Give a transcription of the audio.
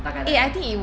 大概大概